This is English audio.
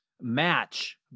match